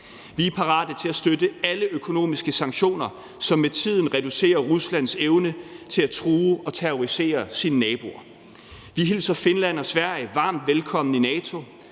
Vi er parate til at støtte alle økonomiske sanktioner, som med tiden reducerer Ruslands evne til at true og terrorisere sine naboer. Vi hilser Finland og Sverige varmt velkommen i NATO,